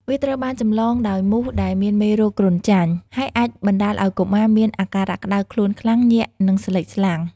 វាត្រូវបានចម្លងដោយមូសដែលមានមេរោគគ្រុនចាញ់ ហើយអាចបណ្តាលឱ្យកុមារមានអាការៈក្តៅខ្លួនខ្លាំង ញាក់ និងស្លេកស្លាំង។